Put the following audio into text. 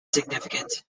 significant